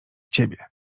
ciebie